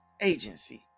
agency